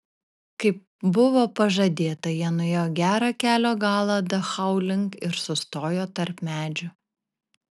kaip buvo pažadėta jie nuėjo gerą kelio galą dachau link ir sustojo tarp medžių